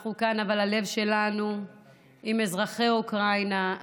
אנחנו כאן אבל הלב שלנו עם אזרחי אוקראינה,